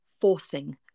forcing